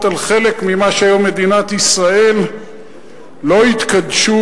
חלק ממה שהיום מדינת ישראל לא התקדש,